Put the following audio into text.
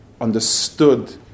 understood